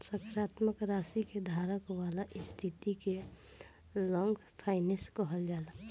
सकारात्मक राशि के धारक वाला स्थिति के लॉन्ग फाइनेंस कहल जाला